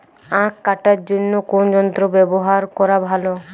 আঁখ কাটার জন্য কোন যন্ত্র ব্যাবহার করা ভালো?